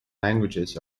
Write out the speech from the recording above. languages